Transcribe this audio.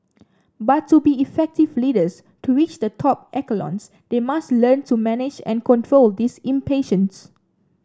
but to be effective leaders to reach the top echelons they must learn to manage and control this impatience